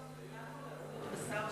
אדוני השר,